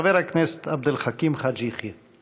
חבר הכנסת עבד אל חכים חאג' יחיא.